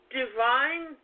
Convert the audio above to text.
divine